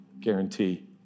Guarantee